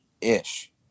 ish